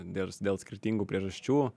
dirbs dėl skirtingų priežasčių